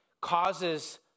causes